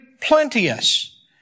plenteous